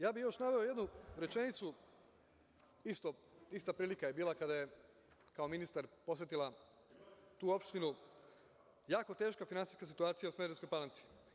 Ja bih još naveo jednu rečenicu, ista prilika je bila kada je kao ministar posetila tu opštinu, jako teška finansijska situacija u Smederevskoj Palanci.